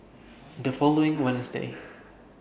The following Wednesday